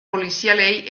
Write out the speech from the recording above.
polizialei